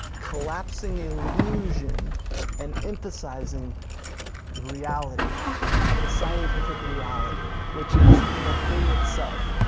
collapsing illusion and emphasizing the reality of the thing, the scientific reality, which is the thing itself.